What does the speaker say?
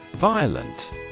Violent